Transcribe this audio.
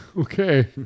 Okay